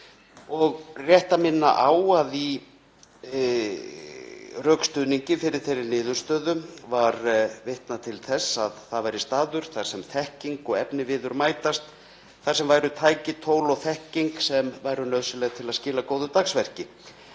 Er rétt að minna á að í rökstuðningi fyrir þeirri niðurstöðu var vitnað til þess að smiðja væri sá staður þar sem þekking og efniviður mætast og þar væru tæki, tól og þekking sem væru nauðsynleg til að skila góðu dagsverki.